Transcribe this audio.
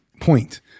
point